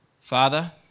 Father